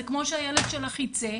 זה כמו שהילד שלך ייצא,